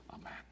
Amen